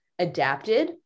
adapted